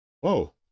Whoa